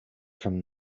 from